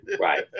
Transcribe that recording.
Right